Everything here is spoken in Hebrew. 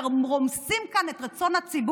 אתם רומסים כאן את רצון הציבור,